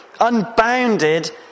Unbounded